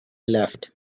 left